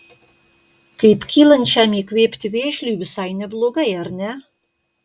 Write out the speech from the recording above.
kaip kylančiam įkvėpti vėžliui visai neblogai ar ne